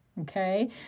okay